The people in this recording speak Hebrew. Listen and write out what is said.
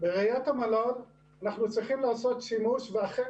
בראיית המל"ל אנחנו צריכים לעשות שימוש ואכן